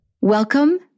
Welcome